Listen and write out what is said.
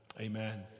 Amen